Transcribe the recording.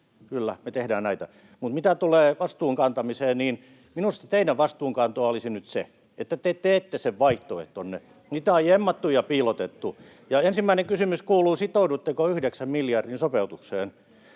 Kyllä, me tehdään näitä. Mutta mitä tulee vastuunkantamiseen, niin minusta teidän vastuunkantoanne olisi nyt se, että te teette sen vaihtoehtonne, [Pia Viitasen välihuuto] mitä on jemmattu ja piilotettu. Ensimmäinen kysymys kuuluu: sitoudutteko yhdeksän miljardin sopeutukseen?